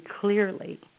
clearly